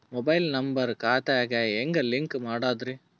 Mobile number ಖಾತೆ ಗೆ ಹೆಂಗ್ ಲಿಂಕ್ ಮಾಡದ್ರಿ?